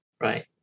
Right